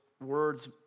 words